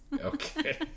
Okay